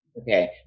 Okay